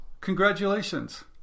congratulations